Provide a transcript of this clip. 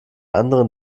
anderen